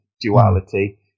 duality